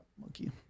monkey